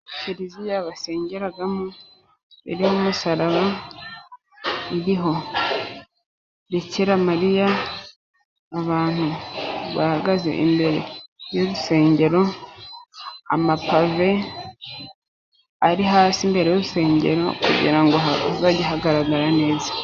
Kiliziya basengeramo, iriho umusaraba, iriho Bikiramariya, abantu bahagaze imbere y'urusengero, amapave ari hasi imbere y'urusengero, kugira ngo hazajye hagaragara neza.